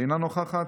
אינה נוכחת,